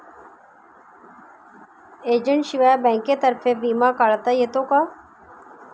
एजंटशिवाय बँकेतर्फे विमा काढता येतो का?